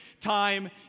time